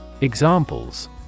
Examples